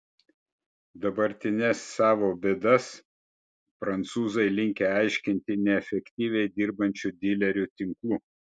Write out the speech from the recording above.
dabartines savo bėdas prancūzai linkę aiškinti neefektyviai dirbančiu dilerių tinklu